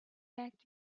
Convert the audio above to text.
backed